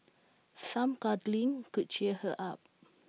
some cuddling could cheer her up